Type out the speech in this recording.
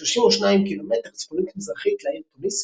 32 ק"מ צפונית-מזרחית לעיר תוניס בתוניסיה.